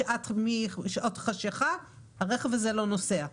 משעת החשיכה הרכב הזה לא נוסע.